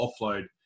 offload